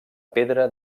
pedra